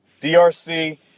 DRC